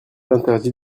interdit